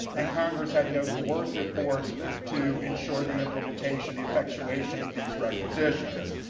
and congress had no coercive force to ensure the implementation, the effectuation of these requisitions.